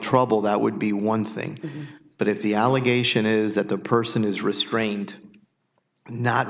trouble that would be one thing but if the allegation is that the person is restraint and not